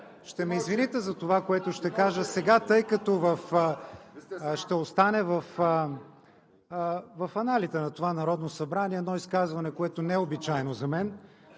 ще ме извините за това, което ще кажа сега, тъй като ще остане в аналите на това Народно събрание едно изказване, което не е обичайно за мен,